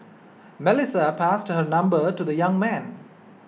Melissa passed her number to the young man